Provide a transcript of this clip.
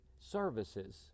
services